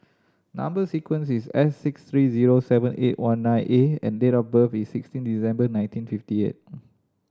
number sequence is S six three zero seven eight one nine A and date of birth is sixteen December nineteen fifty eight